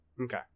Okay